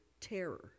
terror